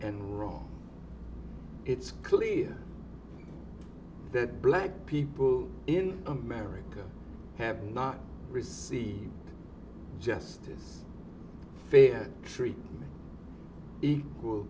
and wrong it's clear that black people in america happen not receive justice fair treatment equal